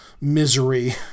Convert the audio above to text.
misery